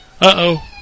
uh-oh